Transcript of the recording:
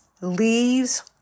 leaves